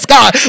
God